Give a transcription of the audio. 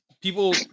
people